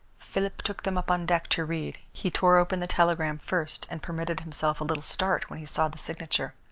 philip took them up on deck to read. he tore open the telegram first and permitted himself a little start when he saw the signature.